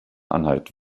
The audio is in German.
anhalt